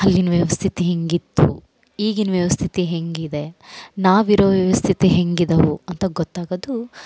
ಅಲ್ಲಿನ್ ವ್ಯವಸ್ಥಿತಿ ಹಿಂಗೆ ಇತ್ತು ಈಗಿನ ವ್ಯವಸ್ಥಿತಿ ಹೆಂಗೆ ಇದೆ ನಾವು ಇರೋ ವ್ಯವಸ್ಥಿತಿ ಹೆಂಗೆ ಇದಾವೋ ಅಂತ ಗೊತ್ತಾಗೊದು